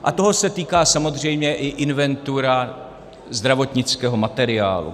A toho se týká samozřejmě i inventura zdravotnického materiálu.